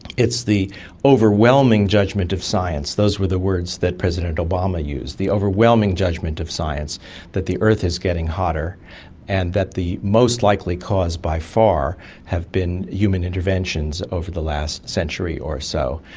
it's the overwhelming judgement of science, those were the words that president obama used, the overwhelming judgement of science that the earth is getting hotter and that the most likely cause by far have been human interventions over the last century or so.